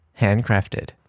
Handcrafted